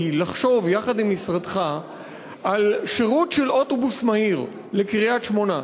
היא לחשוב יחד עם משרדך על שירות של אוטובוס מהיר לקריית-שמונה,